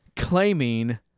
Claiming